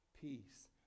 peace